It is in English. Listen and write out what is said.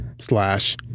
slash